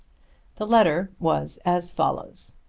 the letter was as follows